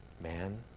man